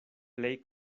plej